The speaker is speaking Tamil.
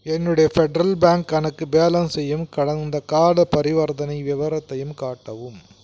என்னுடைய ஃபெட்ரல் பேங்க் கணக்கு பேலன்ஸையும் கடந்தகால பரிவர்த்தனை விவரத்தையும் காட்டவும்